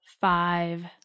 five